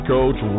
Coach